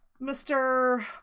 Mr